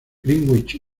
greenwich